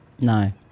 No